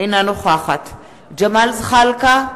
אינה נוכחת ג'מאל זחאלקה,